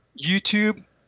YouTube